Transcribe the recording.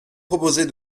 proposer